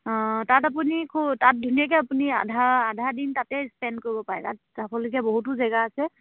অঁ তাত আপুনি তাত ধুনীয়াকে আপুনি আধা আধা দিন তাতে স্পেণ্ড কৰিব পাৰে তাত যাবলগীয়া বহুতো জেগা আছে